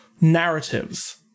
narratives